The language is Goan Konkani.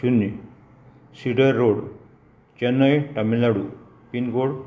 शुन्य cedar road Chennai Tamilnadu pin code